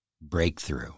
breakthrough